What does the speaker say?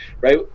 right